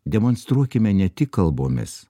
demonstruokime ne tik kalbomis